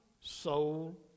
soul